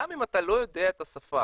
גם אם אתה לא יודע את השפה.